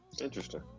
interesting